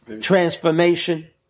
transformation